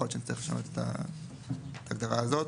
יכול להיות שנצטרך לשנות את ההגדרה הזאת.